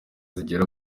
zigera